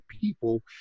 people